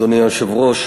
אדוני היושב-ראש,